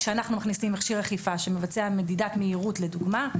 כשאנחנו מכניסים מכשיר אכיפה שמבצע מדידת מהירות לדוגמה,